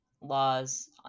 laws